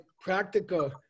practical